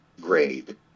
grade